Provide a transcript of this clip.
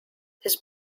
his